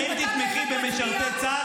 האם תתמכי במשרתי צה"ל?